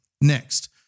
next